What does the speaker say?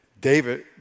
David